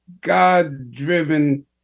God-driven